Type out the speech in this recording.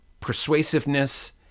persuasiveness